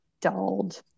dulled